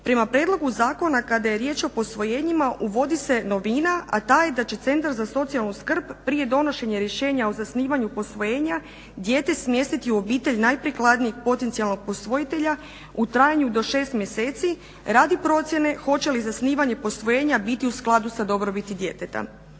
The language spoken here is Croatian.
Prema prijedlogu zakona kada je riječ o posvojenjima uvodi se novina, a ta je da će centar za socijalnu skrb prije donošenja rješenja o zasnivanju posvojenja dijete smjestiti u obitelj najprikladnijeg potencijalnog posvojitelja u trajanju do 6 mjeseci radi procjene hoće li zasnivanje posvojenja biti u skladu sa dobrobiti djeteta.